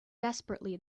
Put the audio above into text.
desperately